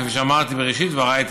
כפי שאמרתי בראשית דבריי,